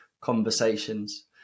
conversations